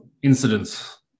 incidents